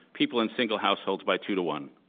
people in single households by two to one.